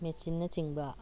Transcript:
ꯃꯦꯆꯤꯟꯅ ꯆꯤꯡꯕ